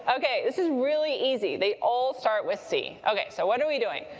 ah okay. this is really easy. they all start with c. okay. so what are we doing?